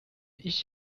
ich